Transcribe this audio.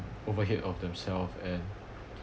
overhead of themselves and